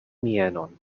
mienon